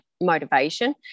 motivation